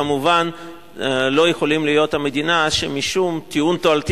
כמובן לא יכולים להיות המדינה שמשום טיעון תועלתי